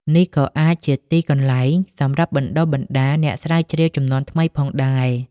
នេះក៏អាចជាទីកន្លែងសម្រាប់បណ្ដុះបណ្ដាលអ្នកស្រាវជ្រាវជំនាន់ថ្មីផងដែរ។